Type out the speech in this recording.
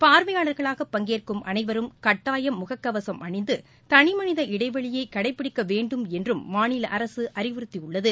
பார்வையாளர்களாக பங்கேற்கும் அனைவரும் கட்டாயம் முககவசம் அணிந்து தனி மனித இடைவெளியை கடைபிடிக்க வேண்டுமென்றும் மாநில அரசு அறிவுறுத்தியுள்ளது